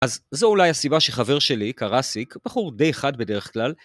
אז זו אולי הסיבה שחבר שלי, קראסיק, בחור די חד בדרך כלל,